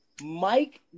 Mike